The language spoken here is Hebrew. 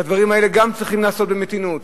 את הדברים האלה גם צריכים לעשות במתינות.